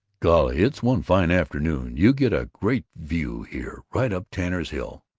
golly, it's one fine afternoon. you get a great view here, right up tanner's hill,